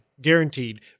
guaranteed